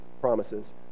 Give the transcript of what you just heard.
promises